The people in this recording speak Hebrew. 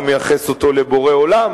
אני מייחס אותו לבורא עולם,